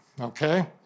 Okay